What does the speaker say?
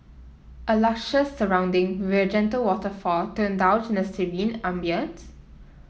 a luscious surrounding with a gentle waterfall to indulge in a serene ambience